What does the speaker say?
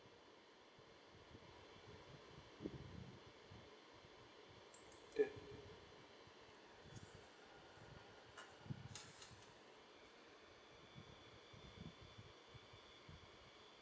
okay